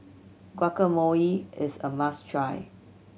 guacamole is a must try